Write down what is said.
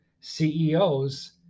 CEOs